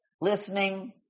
listening